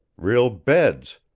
real beds,